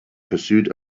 pursuit